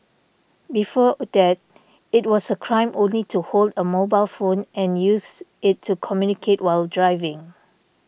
before that it was a crime only to hold a mobile phone and use it to communicate while driving